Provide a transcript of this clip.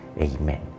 Amen